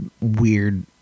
weird